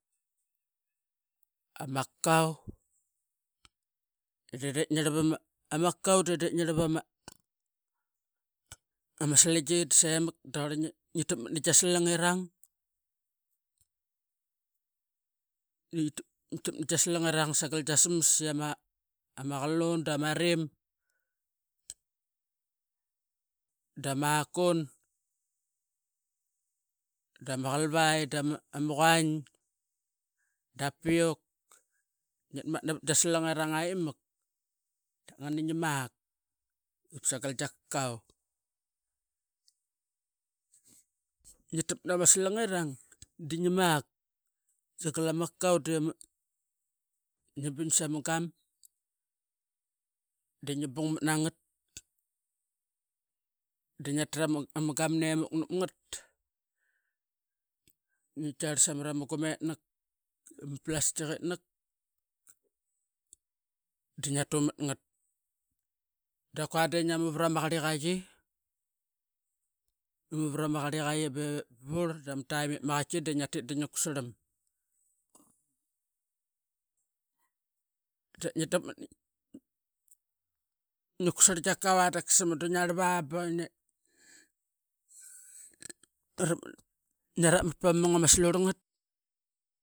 Ama kakau de dep ngi rlap ama kakau de de ngi rlap ama ama slingi semak da qarl ngi takmat na gia slangirang di ngia takmat na gia slamirang sagal ama smas iama ama qalun dama rimkun dama qalvai dama quain da piuk. Ngiatmatna vat gia slangirang di ngi mak sagal ama kakau dia ma ngi bin samagan di ngi bungmat na ngat niatrama ama gam remuk nap ngat. Ngi tiarl samara ma gumetnak ama plastic itnak di ngia tu mat ngat, da kua di ngia mu rat nganama qarliqai- ngia mu varama qarliqai bep bavurl, evep ma qati di ngia tit dingia kutsarlam. Da ngi takmat na gia ngi kutsarl gia kakau da qasa mudu ngia rlap a ba ngia rapmat ngia rapmat pama mung ama slurl ngat.